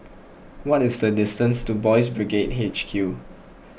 what is the distance to Boys' Brigade H Q